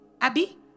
Abby